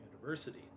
University